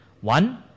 One